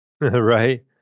Right